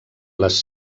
les